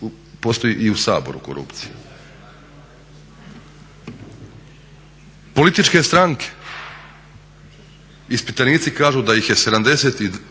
postoji u Saboru korupcija. Političke stranke ispitanici kažu da ih je, 72%